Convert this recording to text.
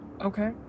Okay